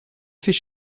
fait